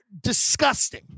disgusting